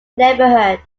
neighborhood